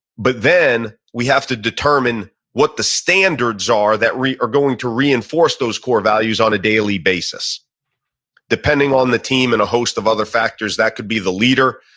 but then we have to determine what the standards are that are going to reinforce those core values on a daily basis depending on the team and a host of other factors, that could be the leader,